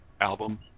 album